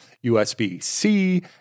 USB-C